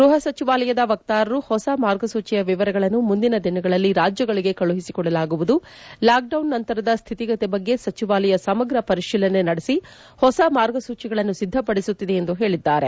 ಗ್ಬಹ ಸಚಿವಾಲಯದ ವಕ್ತಾರರು ಹೊಸ ಮಾರ್ಗಸೂಚಿಯ ವಿವರಗಳನ್ನು ಮುಂದಿನ ದಿನಗಳಲ್ಲಿ ರಾಜ್ಯಗಳಿಗೆ ಕಳುಹಿಸಿಕೊಡಲಾಗುವುದು ಲಾಕ್ಡೌನ್ ನಂತರದ ಸ್ಥಿತಿಗತಿ ಬಗ್ಗೆ ಸಚಿವಾಲಯ ಸಮಗ ಪರಿಶೀಲನೆ ನಡೆಸಿ ಹೊಸ ಮಾರ್ಗಸೂಚಿಗಳನ್ನು ಸಿದ್ಧಪಡಿಸುತ್ತಿದೆ ಎಂದು ಹೇಳಿದ್ದಾರೆ